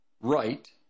right